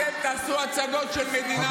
אתם תעשו הצגות של מדינה